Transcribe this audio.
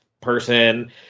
person